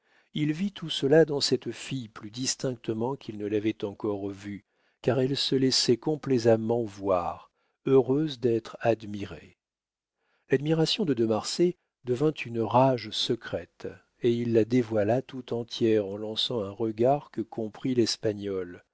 il vit tout cela dans cette fille plus distinctement qu'il ne l'avait encore vu car elle se laissait complaisamment voir heureuse d'être admirée l'admiration de de marsay devint une rage secrète et il la dévoila tout entière en lançant un regard que comprit l'espagnole